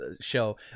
show